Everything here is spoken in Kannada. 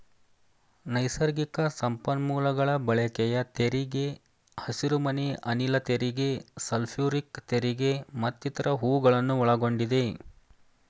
ನೈಸರ್ಗಿಕ ಸಂಪನ್ಮೂಲಗಳ ಬಳಕೆಯ ತೆರಿಗೆ, ಹಸಿರುಮನೆ ಅನಿಲ ತೆರಿಗೆ, ಸಲ್ಫ್ಯೂರಿಕ್ ತೆರಿಗೆ ಮತ್ತಿತರ ಹೂಗಳನ್ನು ಒಳಗೊಂಡಿದೆ